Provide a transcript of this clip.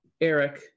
Eric